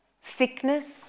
Sickness